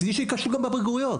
מצידי שייכשלו בבגרויות.